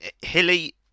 Hilly